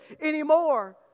anymore